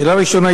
שאלה ראשונה,